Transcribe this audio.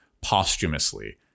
posthumously